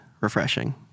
Refreshing